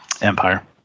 Empire